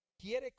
quiere